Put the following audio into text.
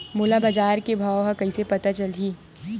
मोला बजार के भाव ह कइसे पता चलही?